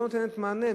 לא נותנת מענה,